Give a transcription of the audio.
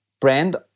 brand